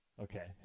Okay